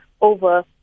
over